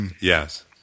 Yes